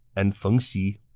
and feng xi,